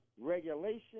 regulation